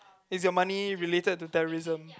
is your money related to terrorism